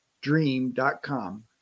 dream.com